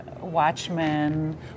watchmen